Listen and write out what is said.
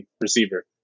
receiver